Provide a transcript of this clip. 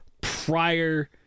prior